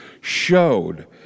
showed